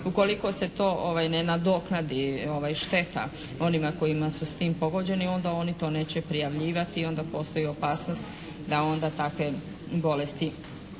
ukoliko se to ne nadoknadi šteta onima kojima su s tim pogođeni, onda oni to neće prijavljivati, onda postoji opasnost da onda takve bolesti se i